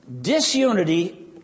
disunity